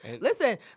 Listen